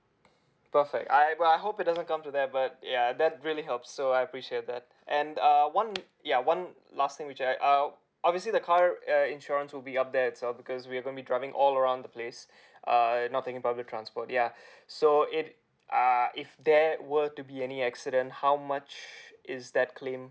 perfect I I hope it doesn't come to that bad ya that really help so I appreciate that and err one ya one last thing which I err obviously the car uh insurance will be up there itself because we're gonna be driving all around the place err not taking public transport ya so it uh if there were to be any accident how much is that claim